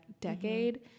decade